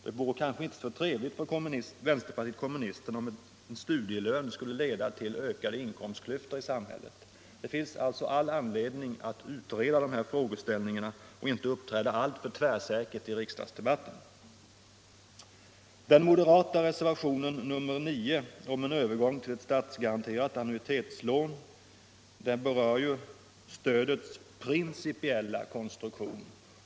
Det vore kanske inte så trevligt för vänsterpartiet kommunisterna om en studielön skulle leda till ökade inkomstklyftor i samhället. Det finns alltså all anledning att utreda dessa frågeställningar och inte uppträda alltför tvärsäkert i riksdagsdebatterna. Den moderata reservationen 9 om en övergång till statsgaranterat annuitetslån berör stödets principiella konstruktion.